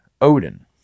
Odin